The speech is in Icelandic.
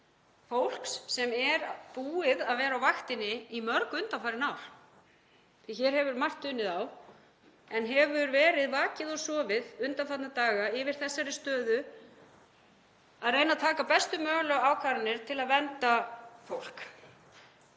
fólks sem er búið að vera á vaktinni mörg undanfarin ár því að margt hefur dunið á. Það hefur verið vakið og sofið undanfarna daga yfir þessari stöðu, að reyna að taka bestu mögulegu ákvarðanir til að vernda fólk.